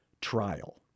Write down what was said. trial